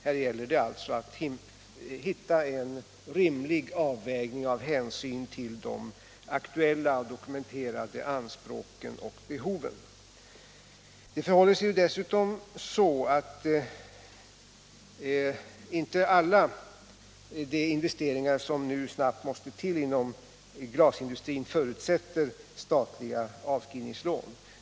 Det gäller alltså att hitta en rimlig avvägning med hänsyn till de aktuella dokumenterade anspråken och behoven. Dessutom förhåller det sig så att inte alla de investeringar som nu snabbt måste till inom glasindustrin förutsätter statliga avskrivningslån.